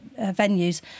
venues